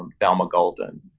um thelma golden.